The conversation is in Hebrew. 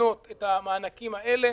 להתנות את המענקים האלה